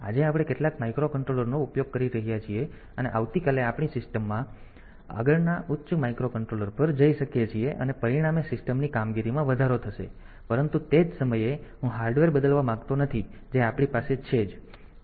આજે આપણે કેટલાક માઇક્રોકન્ટ્રોલરનો ઉપયોગ કરી રહ્યા છીએ અને આવતીકાલે આપણે આપણી સિસ્ટમમાં આગળના ઉચ્ચ માઇક્રોકન્ટ્રોલર પર જઈ શકીએ છીએ અને પરિણામે સિસ્ટમની કામગીરીમાં વધારો થશે પરંતુ તે જ સમયે હું હાર્ડવેરને બદલવા માંગતો નથી જે આપણી પાસે છે જ